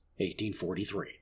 1843